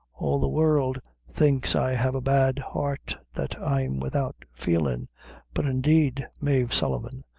all the world thinks i have a bad heart that i'm without feelin' but, indeed, mave sullivan,